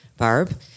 Barb